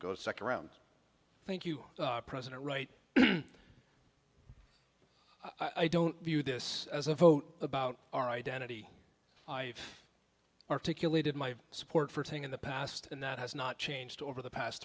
go second round thank you president right i don't view this as a vote about our identity i have articulated my support for thing in the past and that has not changed over the past